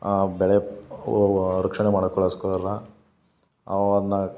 ಆ ಬೆಳೆ ರಕ್ಷಣೆ ಮಾಡಿಕೊಳ್ಳಿಸ್ಕೊಳ್ಳೋಲ್ಲ ಅವನ್ನು